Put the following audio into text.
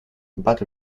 but